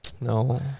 no